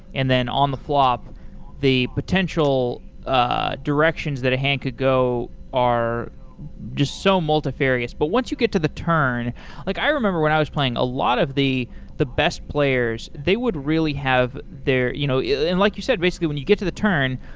and then on the flop the potential ah directions that a hand could go are just so multifarious. but once you get to the turn like i remember when i was playing, a lot of the the best players, they would really have their like you know you and like you said, basically, when you get to the turn,